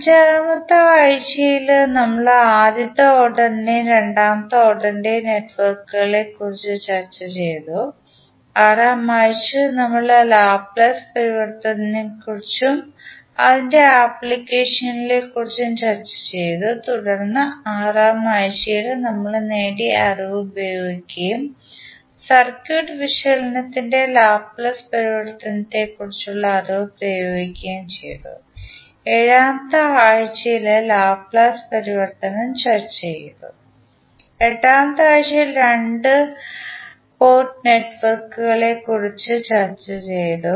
അഞ്ചാമത്തെ ആഴ്ചയിൽ നമ്മൾ ആദ്യത്തെ ഓർഡറിനെയും രണ്ടാമത്തെ ഓർഡറിനെയും നെറ്റ്വർക്കുകളെയും കുറിച്ച് ചർച്ചചെയ്തു ആറാം ആഴ്ച നമ്മൾ ലാപ്ലേസ് പരിവർത്തനത്തെക്കുറിച്ചും അതിൻറെ ആപ്ലിക്കേഷനെക്കുറിച്ചും ചർച്ചചെയ്തു തുടർന്ന് ആറാം ആഴ്ചയിൽ നമ്മൾ നേടിയ അറിവ് ഉപയോഗിക്കുകയും സർക്യൂട്ട് വിശകലനത്തിൽ ലാപ്ലേസ് പരിവർത്തനത്തെക്കുറിച്ചുള്ള അറിവ് പ്രയോഗിക്കുകയും ചെയ്തു ഏഴാമത്തെ ആഴ്ചയിൽ ലാപ്ലേസ് പരിവർത്തനം ചർച്ചചെയ്തു എട്ടാമത്തെ ആഴ്ചയിൽ രണ്ട് പോർട്ട് നെറ്റ്വർക്കുകളെക്കുറിച്ച് ചർച്ച ചെയ്തു